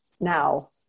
now